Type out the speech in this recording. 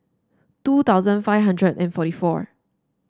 two thousand five hundred and forty four